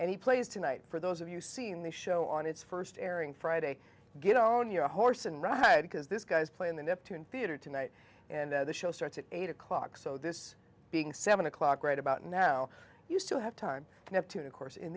and he plays tonight for those of you seen the show on its first airing friday get on your horse and ride because this guy's playing the neptune theater tonight and the show starts at eight o'clock so this being seven o'clock right about now you still have time to neptune of course in